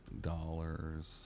dollars